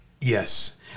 Yes